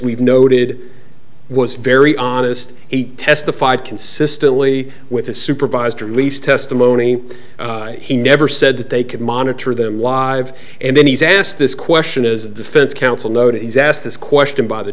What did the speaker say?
we've noted was very honest he testified consistently with a supervised release testimony he never said that they could monitor them live and then he's asked this question is the defense counsel nobody's asked this question by the